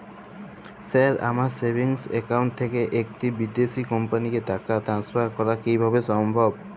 Sir আমার savings account থেকে একটি বিদেশি কোম্পানিকে টাকা ট্রান্সফার করা কীভাবে সম্ভব?